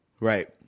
right